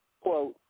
Quote